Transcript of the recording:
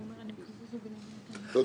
תודה.